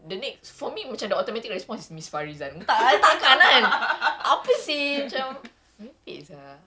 the next for me macam the automatic response is miss farizan takkan lah kan apa seh macam merepek sia